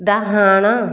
ଡାହାଣ